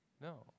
No